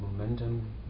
momentum